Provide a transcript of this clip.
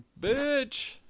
Bitch